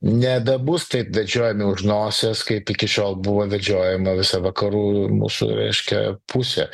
nebebus taip vedžiojami už nosies kaip iki šiol buvo vedžiojama visą vakarų mūsų reiškia pusė